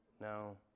No